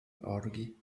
orgy